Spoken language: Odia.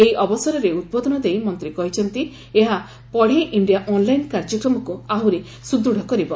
ଏହି ଅବସରରେ ଉଦ୍ବୋଧନ ଦେଇ ମନ୍ତ୍ରୀ କହିଛନ୍ତି ଏହା 'ପଡ଼େ ଇଣ୍ଡିଆ' ଅନ୍ଲାଇନ୍ କାର୍ଯ୍ୟକ୍ରମକୁ ଆହୁରି ସୁଦୃତ୍ କରିବ